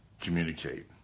communicate